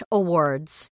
awards